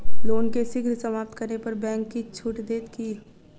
loan केँ शीघ्र समाप्त करै पर बैंक किछ छुट देत की